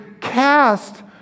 cast